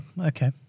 okay